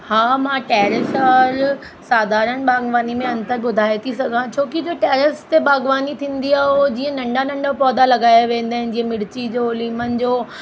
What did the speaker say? हा मां टैरेस वारो साधारण बाग़बानी में अंतर ॿुधाए थी सघां छोकी जो टैरेस ते बाग़बानी थींदी आहे उहो जीअं नंढा नंढा पौधा लॻायां वेंदा आहिनि जीअं मिर्ची जो लीमनि जो